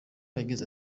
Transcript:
yagize